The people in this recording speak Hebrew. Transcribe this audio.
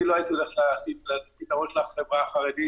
אני לא הייתי הולך --- לחברה החרדית.